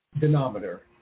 denominator